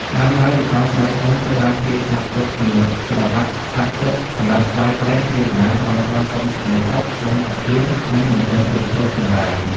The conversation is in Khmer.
ដើមឡើយ ល្ខោនស្បែកធំត្រូវបានគេចាត់ទុកជាសិល្បៈស័ក្ដិសិទ្ធិ សម្រាប់ថ្វាយព្រះ ទេវតា បន់ស្រន់សុំសេចក្ដីសុខ សុំទឹកភ្លៀង និងបណ្ដេញឧបទ្រពចង្រៃ ។